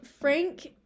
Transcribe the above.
Frank